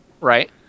Right